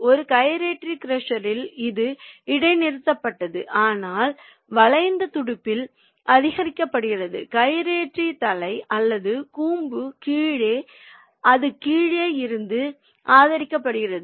ஒரு கைரேட்டரி க்ரஷரில் அது இடைநிறுத்தப்பட்டது ஆனால் வளைந்த துடிப்பில் ஆதரிக்கப்படுகிறது கைரேட்டரி தலை அல்லது கூம்புக்கு கீழே அது கீழே இருந்து ஆதரிக்கப்படுகிறது